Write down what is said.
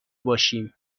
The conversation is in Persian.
باشیم